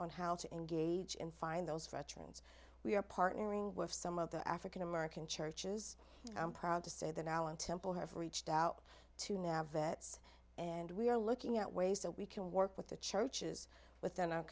on how to engage and find those for trends we are partnering with some of the african american churches i'm proud to say that allen temple have reached out to now vets and we are looking at ways that we can work with the churches within our